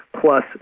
plus